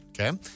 Okay